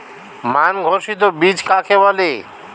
মান ঘোষিত বীজ কাকে বলে?